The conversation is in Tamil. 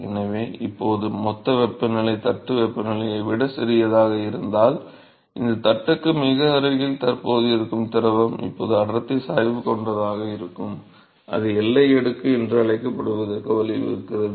எனவே இப்போது மொத்த வெப்பநிலை தட்டு வெப்பநிலையை விட சிறியதாக இருந்தால் இந்த தட்டுக்கு மிக அருகில் தற்போது இருக்கும் திரவம் இப்போது அடர்த்தி சாய்வு கொண்டதாக இருக்கும் அது எல்லை அடுக்கு என்று அழைக்கப்படுவதற்கு வழிவகுக்கிறது